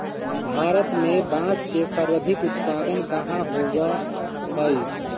भारत में बांस के सर्वाधिक उत्पादन कहाँ होबा हई?